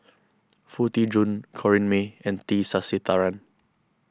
Foo Tee Jun Corrinne May and T Sasitharan